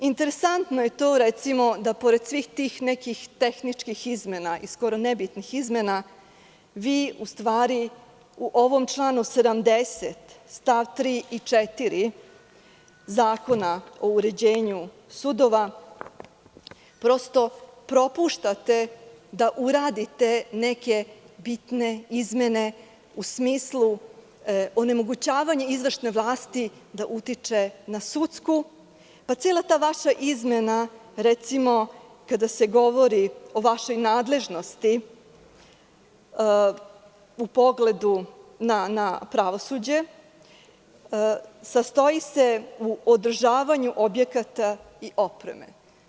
Interesantno je to da pored svih tih nekih tehničkih izmena i skoro nebitnih izmena vi, u stvari, u ovom članu 70. stav 3. i 4. Zakona o uređenju sudova prosto propuštate da uradite neke bitne izmene u smislu onemogućavanja izvršne vlasti da utiče na sudsku, pa cela ta vaša izmena, recimo kada se govori o vašoj nadležnosti, u pogledu na pravosuđe sastoji se u održavanju objekata i opreme.